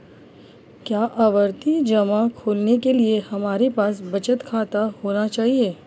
क्या आवर्ती जमा खोलने के लिए हमारे पास बचत खाता होना चाहिए?